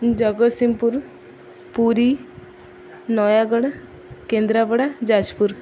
Jagatsinghpur Puri Nayagarh Kendrapara Jajpur